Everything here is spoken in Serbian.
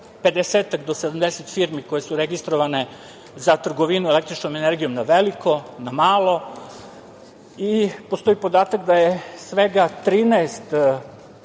do 70 firmi koje su registrovane za trgovinu električnom energijom na veliko, na malo i postoji podatak da je svega 13